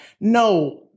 no